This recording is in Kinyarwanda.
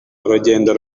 urugendo